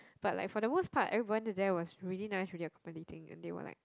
but like for the most part everyone there was really nice and accommodating thing and they were like